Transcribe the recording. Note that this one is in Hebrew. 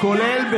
כולל,